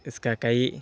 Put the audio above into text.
اس کا کئی